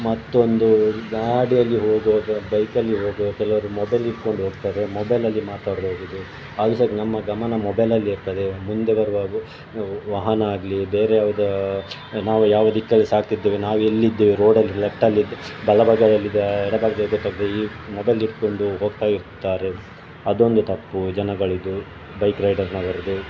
ಮತ್ತೊಂದು ಗಾಡಿಯಲ್ಲಿ ಹೋಗುವಾಗ ಬೈಕಲ್ಲಿ ಹೋಗುವಾಗ ಕೆಲವ್ರು ಮೊಬೈಲ್ ಹಿಡ್ಕೊಂಡೋಗ್ತಾರೆ ಮೊಬೈಲಲ್ಲಿ ಮಾತಾಡ್ತಾ ಹೋಗುವುದು ಅದು ಸಹ ನಮ್ಮ ಗಮನ ಮೊಬೈಲಲ್ಲೆ ಇರ್ತದೆ ಮುಂದೆ ಬರುವ ವಾಹನ ಆಗಲಿ ಬೇರೆ ಯಾವುದೇ ನಾವು ಯಾವ ದಿಕ್ಕಲ್ಲಿ ಸಾಗ್ತಿದ್ದೇವೆ ನಾವೆಲ್ಲಿದ್ದೇವೆ ರೋಡಲ್ಲಿ ಲೆಫ್ಟಲ್ಲಿ ಬಲ ಭಾಗದಲ್ಲಿದ್ದೇವ ಎಡ ಭಾಗದಲ್ಲಿ ಗೊತ್ತಾಗುವುದಿಲ್ಲ ಈ ಮೊಬೈಲ್ ಹಿಡ್ಕೊಂಡು ಹೋಗ್ತಾಯಿರ್ತಾರೆ ಅದೊಂದು ತಪ್ಪು ಜನಗಳಿಂದು ಬೈಕ್ ರೈಡರ್ನವರದ್ದು